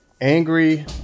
angry